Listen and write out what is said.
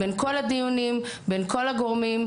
בין כל הדיונים ובין כל הגורמים,